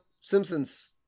Simpsons